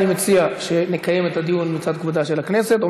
אני מציע שנקיים את הדיון מפאת כבודה של הכנסת.